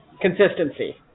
consistency